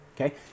Okay